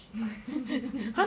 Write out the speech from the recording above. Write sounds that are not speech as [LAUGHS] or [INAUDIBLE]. [LAUGHS]